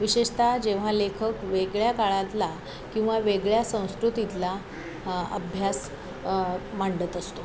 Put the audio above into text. विशेषतः जेव्हा लेखक वेगळ्या काळातला किंवा वेगळ्या संस्कृतीतला अभ्यास मांडत असतो